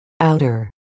outer